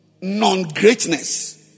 non-greatness